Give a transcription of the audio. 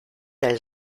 del